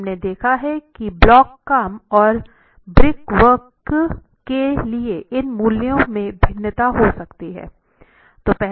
और हमने देखा है कि ब्लॉक काम और ब्रिक वर्क के लिए इन मूल्यों में भिन्नता हो सकती हैं